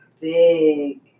big